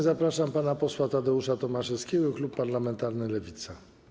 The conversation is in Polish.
Zapraszam pana posła Tadeusza Tomaszewskiego, klub parlamentarny Lewica.